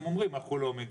הם אומרים, אנחנו לא מגיעים,